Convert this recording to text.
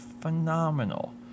Phenomenal